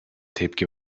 tepki